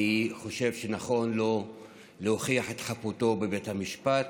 אני חושב שנכון לו להוכיח את חפותו בבית המשפט